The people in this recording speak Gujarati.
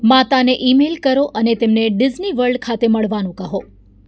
માતાને ઇમેલ કરો અને તેમને ડિઝની વર્લ્ડ ખાતે મળવાનું કહો